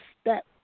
step